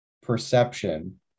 perception